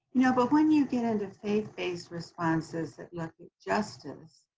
you know but when you get into faith based responses that look at justice,